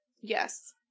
yes